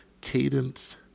cadence